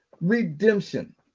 redemption